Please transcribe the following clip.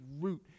root